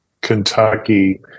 Kentucky